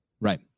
right